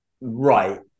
right